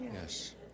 Yes